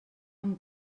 amb